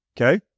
okay